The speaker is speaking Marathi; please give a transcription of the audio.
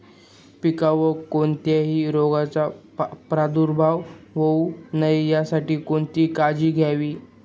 पिकावर कोणत्याही रोगाचा प्रादुर्भाव होऊ नये यासाठी कोणती काळजी घ्यावी?